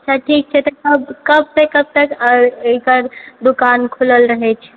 अच्छा ठीक छै तऽ कब से कब तक एकर दुकान खुलल रहै छै